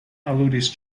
aludis